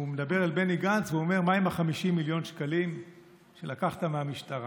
הוא מדבר על בני גנץ ואומר: מה עם ה-50 מיליון שקלים שלקחת מהמשטרה?